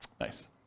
Nice